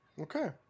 Okay